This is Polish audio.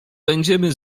będziemy